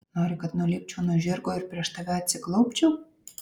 nori kad nulipčiau nuo žirgo ir prieš tave atsiklaupčiau